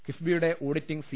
കിഫ്ബിയുടെ auditing C